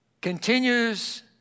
continues